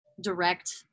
direct